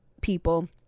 people